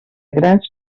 grans